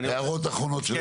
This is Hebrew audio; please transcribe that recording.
הערות אחרונות של היועץ המשפטי.